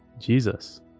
Jesus